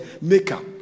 makeup